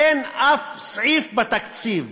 אין אף סעיף בתקציב